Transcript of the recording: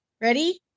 Ready